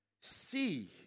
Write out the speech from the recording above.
see